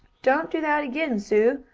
don't do that again, sue!